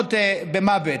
מסתיימות במוות.